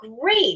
great